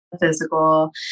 physical